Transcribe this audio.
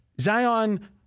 Zion